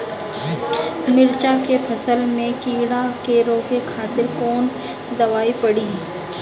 मिर्च के फसल में कीड़ा के रोके खातिर कौन दवाई पड़ी?